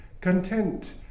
Content